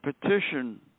petition